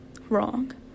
Wrong